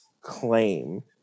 claim